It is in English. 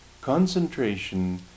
concentration